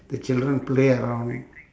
the children play around